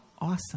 Awesome